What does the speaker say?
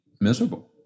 miserable